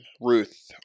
Ruth